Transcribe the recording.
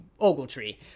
Ogletree